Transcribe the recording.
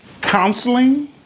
counseling